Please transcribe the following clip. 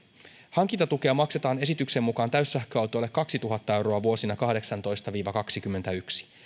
hankintatukea maksetaan esityksen mukaan täyssähköautoille kaksituhatta euroa vuosina kahdeksantoista viiva kaksikymmentäyksi